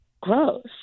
gross